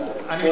זה